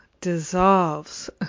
dissolves